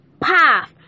path